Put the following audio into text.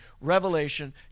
Revelation